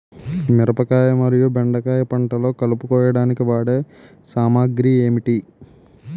మిరపకాయ మరియు బెండకాయ పంటలో కలుపు కోయడానికి వాడే సామాగ్రి ఏమిటి?